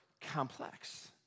complex